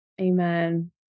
Amen